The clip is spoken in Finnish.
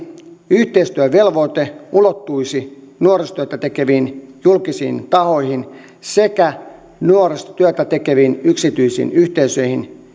yhteistyövelvoite ulottuisi nuorisotyötä tekeviin julkisiin tahoihin sekä nuorisotyötä tekeviin yksityisiin yhteisöihin